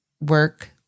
work